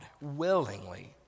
Willingly